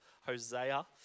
Hosea